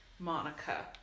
Monica